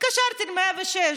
התקשרתי ל-106,